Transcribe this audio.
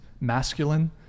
masculine